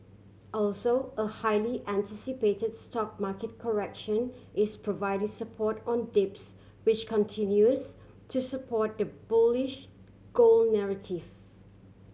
also a highly anticipate stock market correction is providing support on dips which continues to support the bullish gold narrative